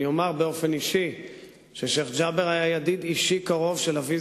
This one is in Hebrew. אני אומר באופן אישי ששיח' ג'בר היה ידיד אישי קרוב של אבי,